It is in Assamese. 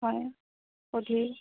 হয়